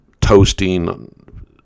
toasting